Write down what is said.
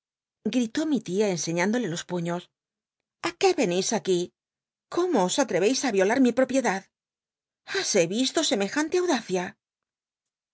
tó mi tia cnscñ indolc jos puños a qué venís aquí cómo os atrevcis í violar mi propiedad j hise visto semejante audacia